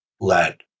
let